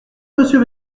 monsieur